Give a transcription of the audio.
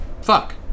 fuck